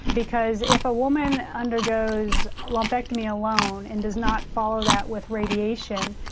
because if a woman undergoes lumpectomy alone and does not follow that with radiation,